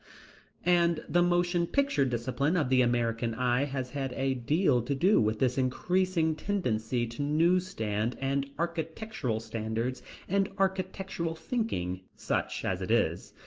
and the motion picture discipline of the american eye has had a deal to do with this increasing tendency to news-stand and architectural standardization and architectural thinking, such as it is.